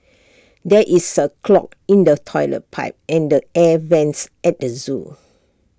there is A clog in the Toilet Pipe and air Vents at the Zoo